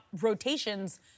rotations